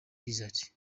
desert